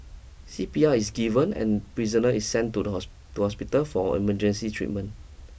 C P R is given and prisoner is sent to the house to hospital for emergency treatment